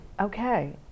Okay